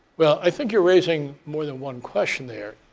well, i think you're raising more than one question there.